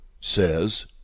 says